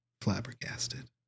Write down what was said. flabbergasted